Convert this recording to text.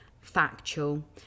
factual